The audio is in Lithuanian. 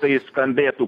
tai skambėtų